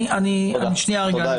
שנייה.